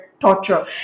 torture